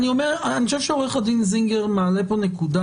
אם זה יוצע מכוח ההוראה השיורית של חוק בתי דין דתיים (כפיית ציות ודרכי